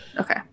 Okay